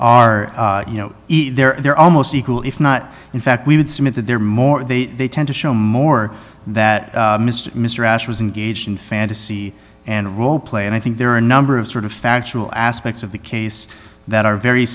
are you know either they're almost equal if not in fact we would submit that there are more they they tend to show more that mr mr ash was engaged in fantasy and role play and i think there are a number of sort of factual aspects of the case that are very